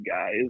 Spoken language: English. guys